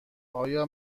آیا